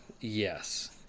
Yes